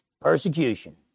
Persecution